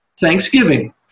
thanksgiving